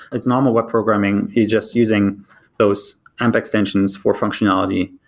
it's normal web programming. you're just using those amp extensions for functionality.